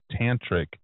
tantric